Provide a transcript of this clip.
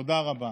תודה רבה.